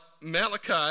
Malachi